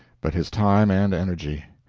but his time and energy.